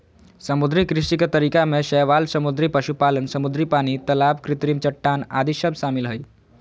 समुद्री कृषि के तरीका में शैवाल समुद्री पशुपालन, समुद्री पानी, तलाब कृत्रिम चट्टान आदि सब शामिल हइ